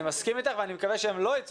זה מערכת שבשבועיים הקרובים אני מקווה שנצליח